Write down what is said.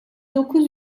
dokuz